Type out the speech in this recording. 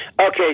Okay